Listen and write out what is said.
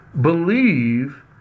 believe